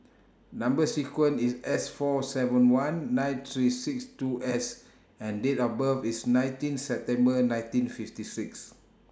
Number sequence IS S four seven one nine three six two S and Date of birth IS nineteen September nineteen fifty six